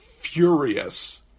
furious